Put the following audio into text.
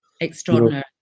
Extraordinary